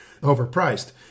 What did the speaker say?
overpriced